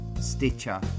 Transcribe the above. stitcher